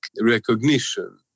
recognition